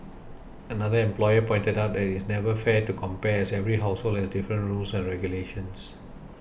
another employer pointed out that it is never fair to compare as every household has different rules and regulations